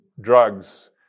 drugs